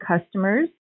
customers